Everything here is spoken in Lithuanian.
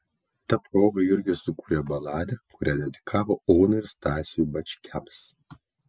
ta proga jurgis sukūrė baladę kurią dedikavo onai ir stasiui bačkiams